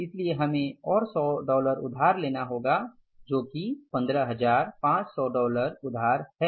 इसलिए हमें और 100 डॉलर उधार लेना होगा जो कि 15500 डॉलर उधार है